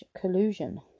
collusion